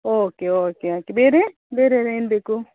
okay okay ಹಾಕಿ ಬೇರೆ ಬೇರೆ ಎಲ್ಲ ಏನು ಬೇಕು